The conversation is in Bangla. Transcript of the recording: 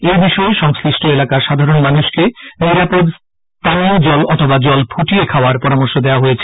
এই বিষয়ে সংশ্লিষ্ট এলাকার সাধারণ মানুষকে নিরাপদ পানীয় জল অখবা জল ফুটিয়ে খাওয়ার পরামর্শ দেওয়া হয়েছে